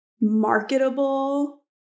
marketable